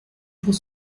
pour